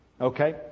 Okay